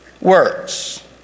words